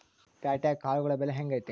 ಪ್ಯಾಟ್ಯಾಗ್ ಕಾಳುಗಳ ಬೆಲೆ ಹೆಂಗ್ ಐತಿ?